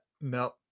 No